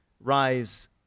rise